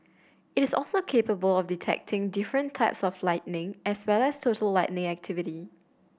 it is also capable of detecting different types of lightning as well as total lightning activity